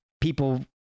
people